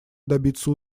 добиться